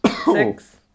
Six